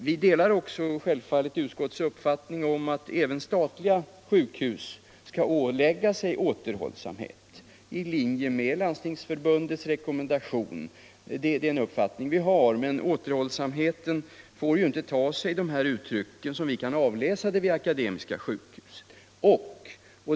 Vi delar självfallet utskottets uppfattning att även statliga sjukhus skall åläggas återhållsamhet i linje med Landstingsförbundets rekommendation. Men återhållsamheten får inte ta sig de uttryck som vi kan konstatera drabbar Akademiska sjukhuset.